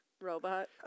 Robot